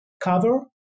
cover